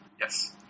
Yes